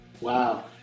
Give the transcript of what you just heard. Wow